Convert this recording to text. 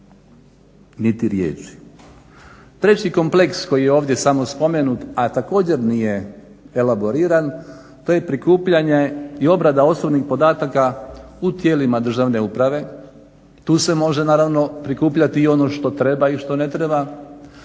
Treći kompleks koji je ovdje samo spomenut, a također nije elaboriran to je prikupljanje i obrada osobnih podataka u tijelima državne uprave. Tu se može naravno prikupljati i ono što treba i što ne treba,